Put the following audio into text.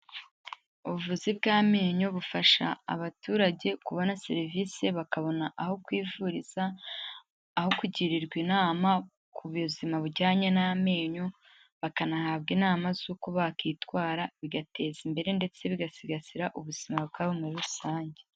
Ubuvuzi bw'amenyo bufasha abaturage kubona serivise, bakabona aho kwivuriza aho kugirirwa inama ku buzima bujyanye n'amenyo, bakanahabwa inama z'uko bakitwara, bigateza imbere ndetse bigasigasira ubuzima bwabo muri rusange.